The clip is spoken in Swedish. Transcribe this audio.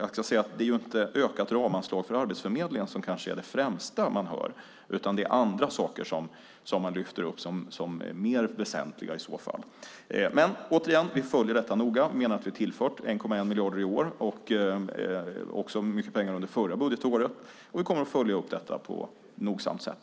Det är kanske inte krav på ett ökat ramanslag för Arbetsförmedlingen som är det främsta man hör, utan det är andra saker som man lyfter fram som mer väsentliga. Återigen: Vi följer detta noga. Vi har tillfört 1,1 miljarder i år och även mycket pengar under förra budgetåret. Vi kommer att följa upp detta nogsamt.